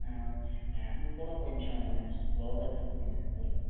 fan కుడా కొంచెం slow గా తిరుగుతుంది సార్